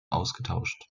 ausgetauscht